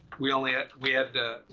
we only had, we had the,